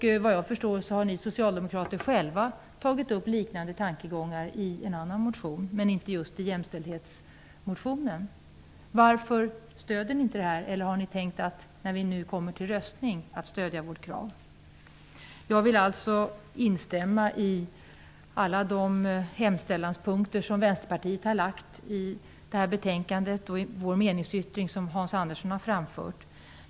Såvitt jag förstår har ni socialdemokrater själva tagit upp liknande tankegångar i en annan motion, men inte just i jämställdhetsmotionen. Varför stöder ni inte motionen? Eller är det så att ni vid omröstningen kommer att stödja vårt krav? Jag vill instämma i Vänsterpartiets alla yrkanden i betänkandet och i den meningsyttring som Hans Andersson har framfört.